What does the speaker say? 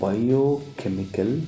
Biochemical